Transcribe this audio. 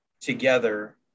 together